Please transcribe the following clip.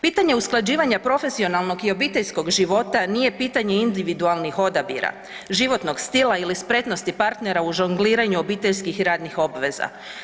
Pitanja usklađivanja profesionalnog i obiteljskog života nije pitanje individualnih odabira, životnog stila ili spretnosti partnera u žongliranju obiteljskih radnih obveza.